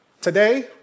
Today